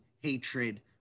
hatred